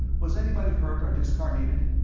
was anybody hurt or discarnated?